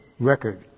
Record